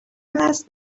last